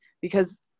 because-